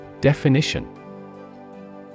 Definition